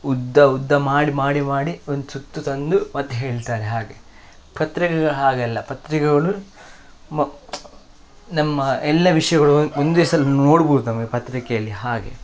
ಉದ್ದ ಉದ್ದ ಮಾಡಿ ಮಾಡಿ ಮಾಡಿ ಒಂದು ಸುತ್ತು ತಂದು ಮತ್ತೆ ಹೇಳ್ತಾರೆ ಹಾಗೆ ಪತ್ರಿಕೆಗಳು ಹಾಗಲ್ಲ ಪತ್ರಿಕೆಗಳು ನಮ್ಮ ಎಲ್ಲ ವಿಷಯಗಳು ಒಂದೇ ಸಲ ನೋಡ್ಬೋದು ನಮಗೆ ಪತ್ರಿಕೆಯಲ್ಲಿ ಹಾಗೆ